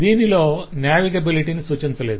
దీనిలో నావిగేబిలిటీని సూచించలేదు